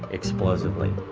explosively.